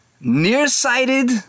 nearsighted